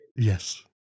Yes